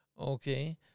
okay